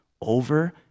over